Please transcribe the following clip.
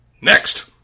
Next